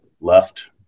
left